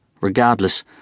Regardless